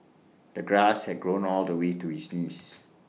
the grass had grown all the way to his knees